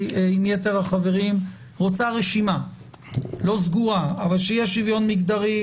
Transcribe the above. ויתר החברים רוצים רשימה לא סגורה אבל שיהיה שוויון מגדרי,